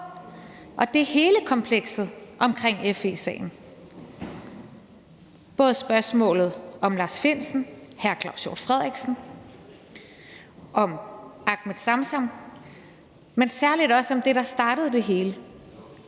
Det er hele komplekset omkring FE-sagen, både spørgsmålet om Lars Findsen og hr. Claus Hjort Frederiksen og om Ahmed Samsam, men særlig også det, der startede det hele.